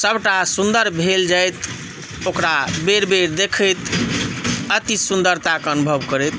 सभटा सुंदर भेल जाइत ओकरा बेर बेर देखैत अति सुंदरताक अनुभव करैत